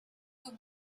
will